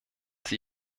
sie